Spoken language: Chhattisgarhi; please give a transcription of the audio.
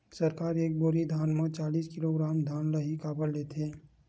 सरकार एक बोरी धान म चालीस किलोग्राम धान ल ही काबर लेथे?